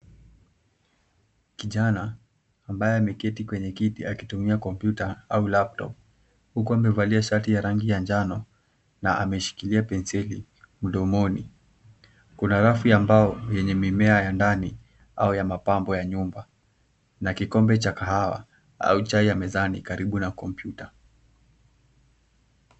Kijana ambaye ameketi kwenye kiti akitumia kompyuta au laptop huku amevalia shati ya rangi ya njano na ameshikilia penseli mdomoni. Kuna rafu ya mbao yenye mimea ya ndani au ya mapambo ya nyumba na kikombe na kahawa au chai ya mezani karibu na kompyuta.